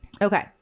Okay